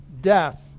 death